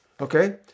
Okay